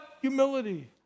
humility